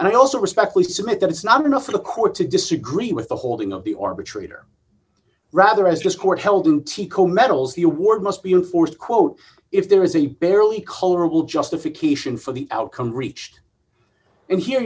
and i also respectfully submit that it's not enough for the court to disagree with the holding of the arbitrator rather as just court held in teco medals the award must be enforced quote if there is a barely colorable justification for the outcome reached and here